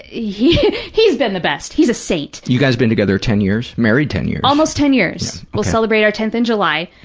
he, he's been the best. he's a saint. you guys have been together ten years, married ten years. almost ten years. we'll celebrate our tenth in july.